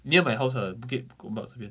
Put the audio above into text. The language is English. near my house ah bukit gombak 这边